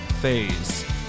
phase